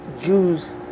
Jews